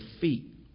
feet